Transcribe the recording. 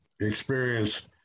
experience